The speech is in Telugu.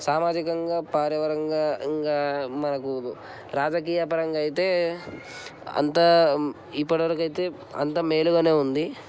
సామాజికంగా పారవారికంగా ఇంకా మనకు రాజకీయ పరంగా అయితే అంతా ఇప్పటి వరకు అయితే అంతా మేలుగా ఉంది